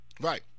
right